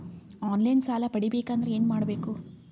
On line ಸಾಲ ಪಡಿಬೇಕಂದರ ಏನಮಾಡಬೇಕು?